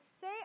say